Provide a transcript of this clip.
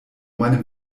meinem